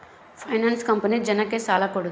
finance company ಜನಕ್ಕ ಸಾಲ ಕೊಡುತ್ತೆ